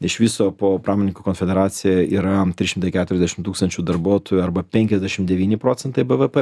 iš viso po pramonininkų konfederacija yra trys šimtai keturiasdešim tūkstančių darbuotojų arba penkiasdešim devyni procentai bvp